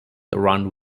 around